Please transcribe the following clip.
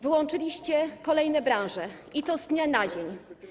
Wyłączyliście kolejne branże, i to z dnia na dzień.